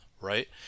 right